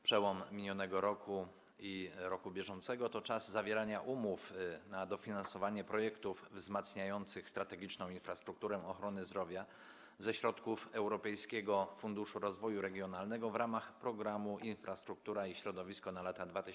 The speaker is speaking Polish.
Przełom minionego roku i roku bieżącego to czas zawierania umów na dofinansowanie projektów wzmacniających strategiczną infrastrukturę ochrony zdrowia ze środków Europejskiego Funduszu Rozwoju Regionalnego w ramach programu „Infrastruktura i środowisko” na lata 2014–2020.